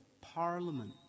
parliament